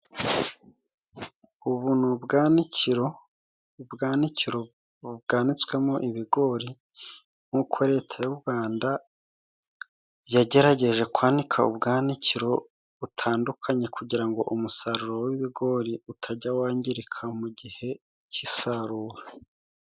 Ubu ni ubwanikiro, ubwanikiro bwanitswemo ibigori, nk'uko Leta y'u Rwanda yagerageje kwanika ubwanikiro butandukanye, kugira ngo umusaruro w'ibigori utajya wangirika mu gihe cy'isarura.